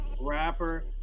rapper